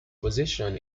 position